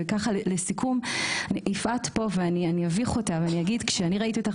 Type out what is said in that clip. ולסיכום יפעת פה ואני אביך אותה ואגיד כשאני ראיתי אותך